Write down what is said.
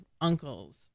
uncles